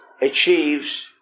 achieves